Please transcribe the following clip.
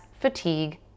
fatigue